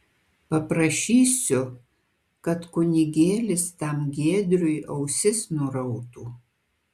paprašysiu kad kunigėlis tam giedriui ausis nurautų